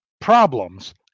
problems –